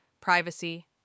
privacy